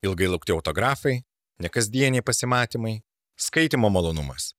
ilgai laukti autografai nekasdieniai pasimatymai skaitymo malonumas